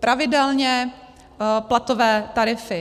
pravidelně platové tarify.